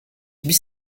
huit